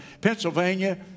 Pennsylvania